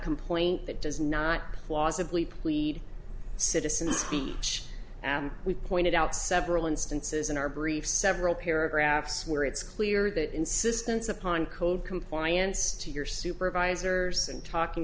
complaint that does not plausibly plead citizen speech and we pointed out several instances in our brief several paragraphs where it's clear that insistence upon code compliance to your supervisors and talking